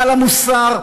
מעל המוסר,